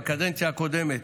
בקדנציה הקודמת,